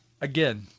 Again